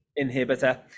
inhibitor